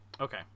Okay